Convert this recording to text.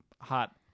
hot